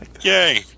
Yay